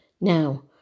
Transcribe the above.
now